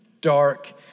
dark